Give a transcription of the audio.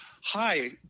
hi